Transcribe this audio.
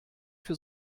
für